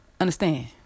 Understand